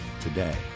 today